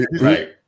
Right